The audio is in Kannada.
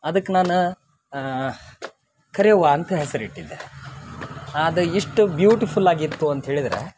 ಅದಕ್ಕೆ ನಾನು ಕರೆವ್ವ ಅಂತ ಹೆಸ್ರು ಇಟ್ಟಿದ್ದೆ ಅದು ಎಷ್ಟು ಬ್ಯುಟಿಫುಲ್ ಆಗಿತ್ತು ಅಂಥೇಳಿದ್ರೆ